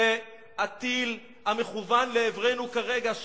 זה הטיל המכוון לעברנו כרגע,